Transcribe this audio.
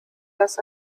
das